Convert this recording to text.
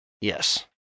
Yes